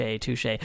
touche